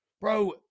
Bro